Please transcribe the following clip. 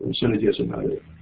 and synergism out of it.